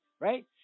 right